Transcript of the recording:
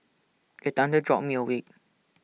the thunder jolt me awake